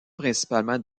principalement